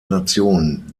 nation